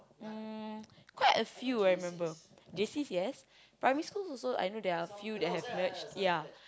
um quite a few I remember J_Cs yes primary schools I also know there are a few that have merged ya